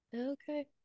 Okay